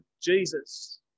Jesus